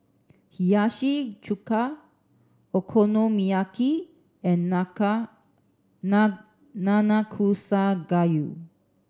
Hiyashi Chuka Okonomiyaki and Nanakusa Gayu